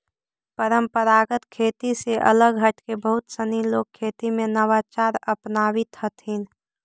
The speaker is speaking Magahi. परम्परागत खेती से अलग हटके बहुत सनी लोग खेती में नवाचार अपनावित हथिन